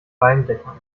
walmdächern